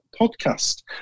podcast